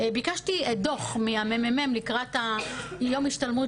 ביקשתי דוח מהממ"מ לקראת יום ההשתלמות